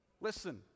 Listen